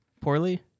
poorly